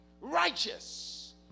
righteous